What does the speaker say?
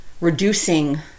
reducing